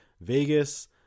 Vegas